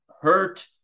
hurt